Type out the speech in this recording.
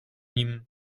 nim